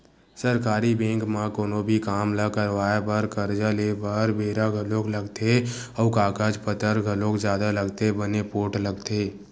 सरकारी बेंक म कोनो भी काम ल करवाय बर, करजा लेय बर बेरा घलोक लगथे अउ कागज पतर घलोक जादा लगथे बने पोठ लगथे